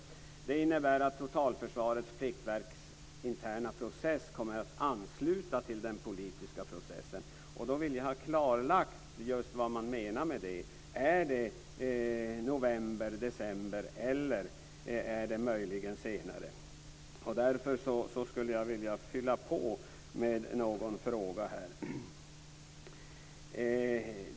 Det innebär att Totalförsvarets pliktverks interna process kommer att ansluta till den politiska processen. Då vill jag ha klarlagt vad man menar med det. Är det november, december eller möjligen senare? Jag skulle vilja fylla på med en fråga.